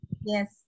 yes